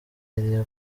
yari